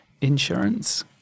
insurance